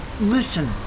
listen